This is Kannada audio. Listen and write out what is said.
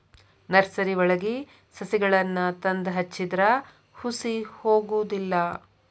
ನರ್ಸರಿವಳಗಿ ಸಸಿಗಳನ್ನಾ ತಂದ ಹಚ್ಚಿದ್ರ ಹುಸಿ ಹೊಗುದಿಲ್ಲಾ